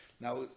Now